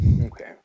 Okay